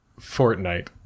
Fortnite